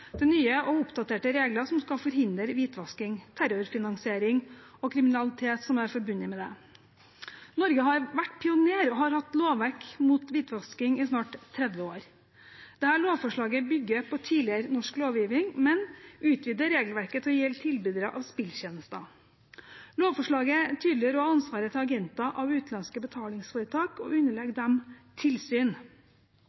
nye, oppdaterte regler som skal forhindre hvitvasking, terrorfinansiering og kriminalitet som er forbundet med det. Norge har vært pioner og har hatt lovverk mot hvitvasking i snart 30 år. Lovforslaget bygger på tidligere norsk lovgivning, men utvider regelverket til å gjelde tilbydere av spilltjenester. Lovforslaget tydeliggjør også ansvaret til agenter av utenlandske betalingsforetak og underlegger